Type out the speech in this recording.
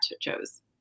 chose